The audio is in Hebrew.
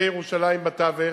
וירושלים בתווך.